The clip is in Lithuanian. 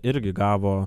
irgi gavo